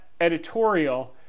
editorial